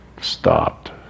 stopped